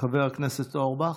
חבר הכנסת אורבך,